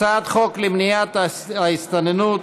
הצעת חוק למניעת הסתננות